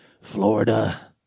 Florida